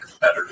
better